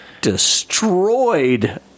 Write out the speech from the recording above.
Destroyed